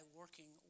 working